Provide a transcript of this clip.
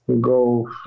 go